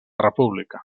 república